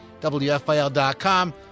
WFIL.com